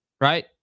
right